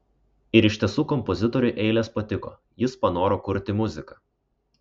ir iš tiesų kompozitoriui eilės patiko jis panoro kurti muziką